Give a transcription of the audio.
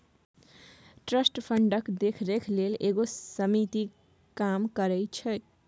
trust फंडक देखरेख लेल एगो समिति काम करइ छै